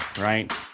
right